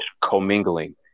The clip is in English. commingling